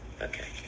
Okay